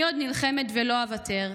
אני עוד נלחמת ולא אוותר.